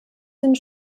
sind